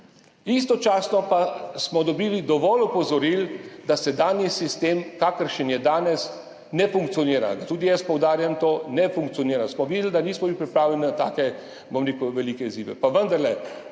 Istočasno pa smo dobili dovolj opozoril, da sedanji sistem, kakršen je danes, ne funkcionira. Tudi jaz poudarjam to, ne funkcionira. Smo videli, da nismo bili pripravljeni na take, bom rekel, velike izzive.